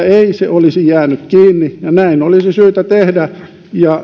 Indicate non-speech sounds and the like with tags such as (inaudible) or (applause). (unintelligible) ei olisi jäänyt kiinni ja näin olisi syytä tehdä ja